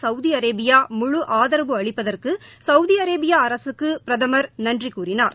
கவூதி Arabia முழு ஆதவு அளிப்பதற்கு சவூதி அரேபியா அரசுக்கு பிரதமர் நன்றி கூறினார்